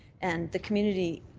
and the community,